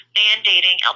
mandating